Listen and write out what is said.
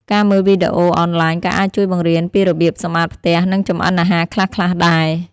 ការមើលវីដេអូអនឡាញក៏អាចជួយបង្រៀនពីរបៀបសម្អាតផ្ទះ និងចម្អិនអាហារខ្លះៗដែរ ។